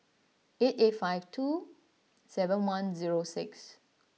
eight eight five two seven one zero six